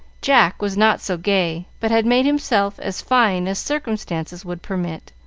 jack was not so gay, but had made himself as fine as circumstances would permit.